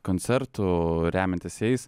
koncertų remiantis jais